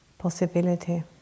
Possibility